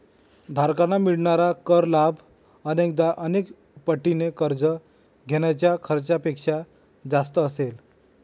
धारकांना मिळणारा कर लाभ अनेकदा अनेक पटीने कर्ज घेण्याच्या खर्चापेक्षा जास्त असेल